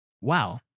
Wow